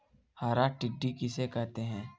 हरा टिड्डा किसे कहते हैं?